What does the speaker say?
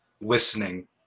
listening